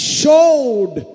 showed